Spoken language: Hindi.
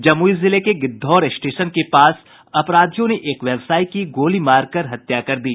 जमुई जिले के गिद्धौर स्टेशन के पास अपराधियों ने एक व्यवसायी की गोली मारकर हत्या कर दी